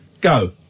go